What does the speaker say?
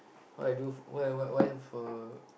what I do why why why for